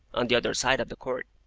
on the other side of the court.